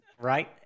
right